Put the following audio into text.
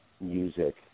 music